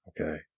okay